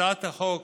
הצעת החוק